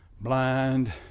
blind